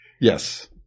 Yes